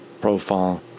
profile